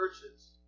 churches